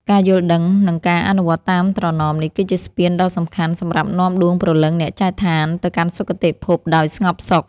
ការយល់ដឹង និងការអនុវត្តតាមត្រណមនេះ គឺជាស្ពានដ៏សំខាន់សម្រាប់នាំដួងព្រលឹងអ្នកចែកឋានទៅកាន់សុគតិភពដោយស្ងប់សុខ។